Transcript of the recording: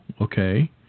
okay